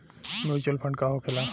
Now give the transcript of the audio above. Mutual fund का होखेला?